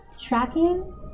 tracking